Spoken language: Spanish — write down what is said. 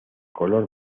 color